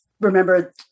remember